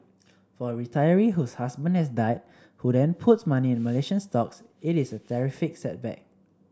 for a retiree whose husband has died who then puts money in Malaysian stocks it is a terrific setback